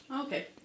Okay